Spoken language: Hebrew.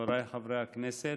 חבריי חברי הכנסת,